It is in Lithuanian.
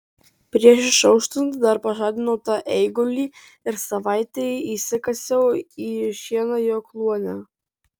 prieš išauštant dar pažadinau tą eigulį ir savaitei įsikasiau į šieną jo kluone